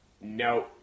No